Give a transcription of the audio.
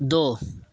دو